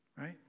right